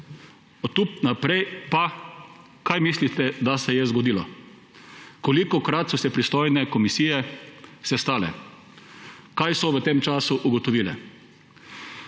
Od tu naprej pa – kaj mislite, da se je zgodilo? Kolikokrat so se pristojne komisije sestale? Kaj so v tem času ugotovile?